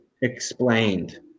Explained